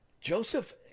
joseph